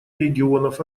регионов